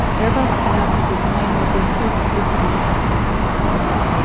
airbus set out to design what they hoped would be the safest plane yet.